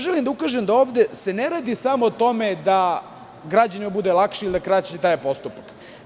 Želim da ukažem na to da se ovde ne radi samo o tome da građaninu bude lakše ili da kraće traje postupak.